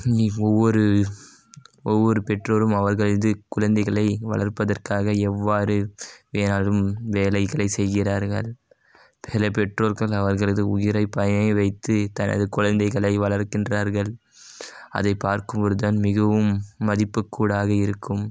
நீ ஒவ்வொரு ஒவ்வொரு பெற்றோரும் அவர்கள் இது குழந்தைகளை வளர்ப்பதற்காக எவ்வாறு வேணாலும் வேலைகளை செய்கிறார்கள் சில பெறோர்கள் அவர்களது உயிரை பணைய வைத்து தனது குழந்தைகளை வளர்க்கின்றார்கள் அதை பார்க்கும் பொழுது தான் மிகவும் மதிப்புக்கூடாக இருக்கும்